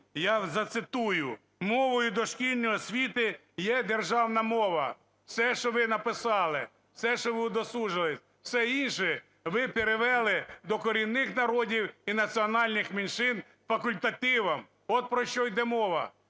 я зацитую: "Мовою дошкільної освіти є державна мова". Все, що ви написали, все, що ви удосужились. Все інше ви перевели до корінних народів і національних меншин факультативом, от про що йде мова.